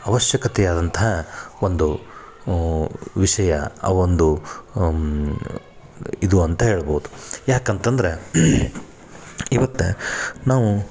ಆವಶ್ಯಕತೆ ಆದಂತಹ ಒಂದು ವಿಷಯ ಆವೊಂದು ಇದು ಅಂತ ಹೇಳ್ಬೌದು ಯಾಕಂತಂದ್ರೆ ಇವತ್ತು ನಾವು